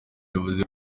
yavuze